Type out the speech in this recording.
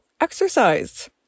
exercise